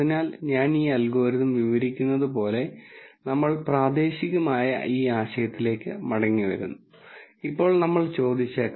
അതിനാൽ ഈ data class 1 ൽ നിന്നോ ക്ലാസ് 2 ൽ നിന്നോ വരാനുള്ള സാധ്യതയെ അടിസ്ഥാനമാക്കി ഈ പുതിയ ഡാറ്റയ്ക്ക് ഒരു ലേബൽ നൽകുന്നത് ക്ലാസ്സിഫിക്കേഷൻ പ്രോബ്ളമാണ്